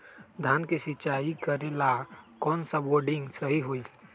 धान के सिचाई करे ला कौन सा बोर्डिंग सही होई?